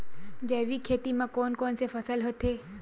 जैविक खेती म कोन कोन से फसल होथे?